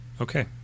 Okay